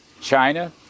China